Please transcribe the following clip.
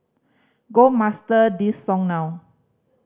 go master this song now